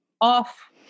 off